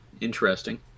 interesting